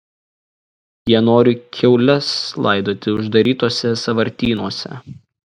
jie nori kiaules laidoti uždarytuose sąvartynuose